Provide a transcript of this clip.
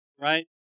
right